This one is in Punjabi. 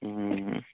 ਹੂੰ